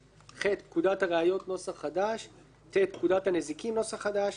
(ח) פקודת הראיות ; (ט) פקודת הנזיקין ; (י)